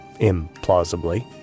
Implausibly